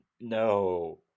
No